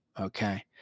okay